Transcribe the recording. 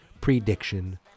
prediction